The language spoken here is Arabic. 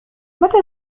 متى